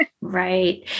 Right